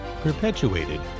perpetuated